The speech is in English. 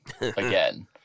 again